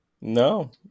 No